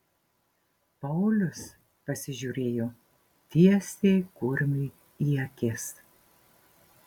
paulius pasižiūrėjo tiesiai kurmiui į akis